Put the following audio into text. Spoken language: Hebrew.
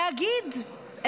להגיד,